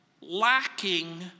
lacking